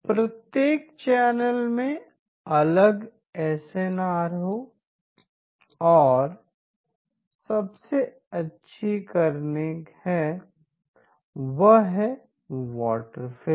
प्रत्येक चैनल में अलग एस एन आर है और सबसे अच्छी करनी है वह है वाटर फीलिंग